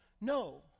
No